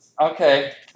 Okay